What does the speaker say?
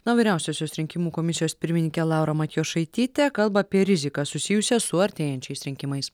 na o vyriausiosios rinkimų komisijos pirmininkė laura matjošaitytė kalba apie riziką susijusią su artėjančiais rinkimais